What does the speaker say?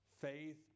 Faith